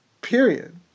period